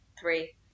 three